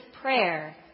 prayer